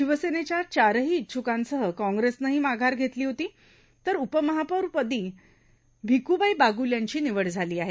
शिवसेनेच्या चारह ईच्छुकांसह काँग्रेसनंह माघार घेतली होती तर उपमहापौर पद भिकुबाई बागुल यांच मिवड झाल आहे